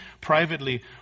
privately